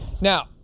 Now